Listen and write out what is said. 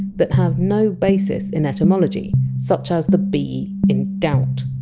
that have no basis in etymology. such as the! b! in! doubt!